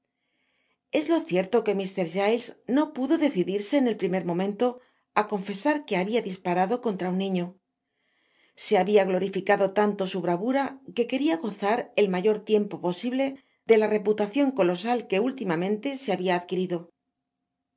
es lo cierto que mr giles no piulo decidirse en el primer momento á confesar que habia disparado contra uta niño se habia glorificado tanto su bravura que queria gozar el mayor tiempo posible de la reputacion colosal que últimamente se habia adquirido